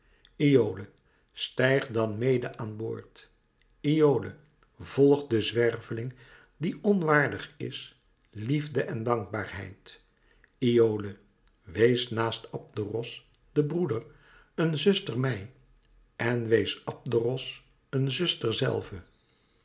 iole stijg dan mede aan boord iole volg den zwerveling die onwaardig is liefde en dankbaarheid iole wees naast abderos den broeder een zuster mij en wees abderos een zuster zelve